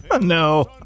no